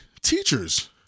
teachers